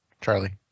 Charlie